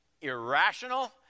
irrational